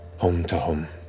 home to home.